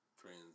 trans